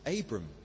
Abram